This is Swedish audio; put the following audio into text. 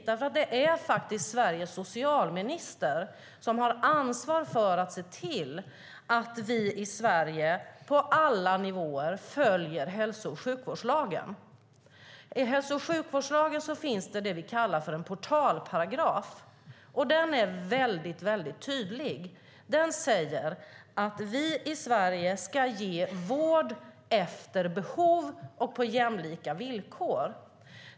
Det är Sveriges socialminister som har ansvar för att se till att vi i Sverige på alla nivåer följer hälso och sjukvårdslagen. I hälso och sjukvårdslagen finns det vi kallar för portalparagraf. Den är väldigt tydlig. Den säger att vi i Sverige ska ge vård efter behov och på jämlika villkor.